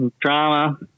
drama